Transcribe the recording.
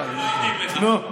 די, נו.